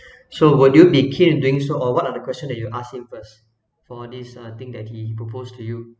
so will you be keen doing so or what are the question that you ask him first for this uh thing that he proposed to you